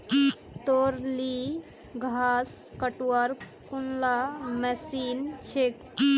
तोर ली घास कटवार कुनला मशीन छेक